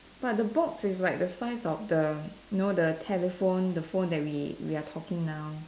but the box is like the size of the know the telephone the phone that we are talking now